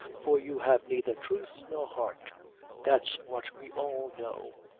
for you have neither thruth nor heart that's what we all know.